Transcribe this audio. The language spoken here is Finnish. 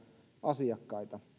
asiakkaita